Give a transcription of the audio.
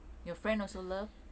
your friend also love